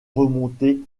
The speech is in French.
remonter